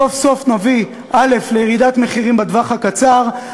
סוף-סוף נביא לירידת מחירים בטווח הקצר,